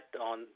on